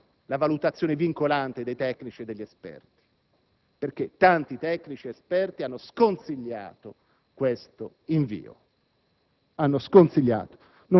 di accettare la valutazione vincolante dei tecnici e degli esperti, perché tanti tecnici ed esperti hanno sconsigliato questo invio.